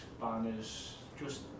banners—just